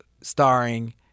starring